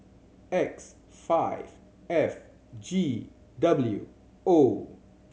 X five F G W O